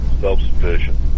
self-sufficient